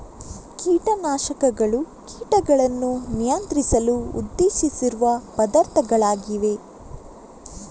ಕೀಟ ನಾಶಕಗಳು ಕೀಟಗಳನ್ನು ನಿಯಂತ್ರಿಸಲು ಉದ್ದೇಶಿಸಿರುವ ಪದಾರ್ಥಗಳಾಗಿವೆ